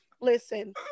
listen